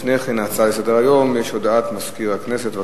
לפני ההצעה לסדר-היום, יש הודעה של מזכיר הכנסת.